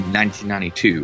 1992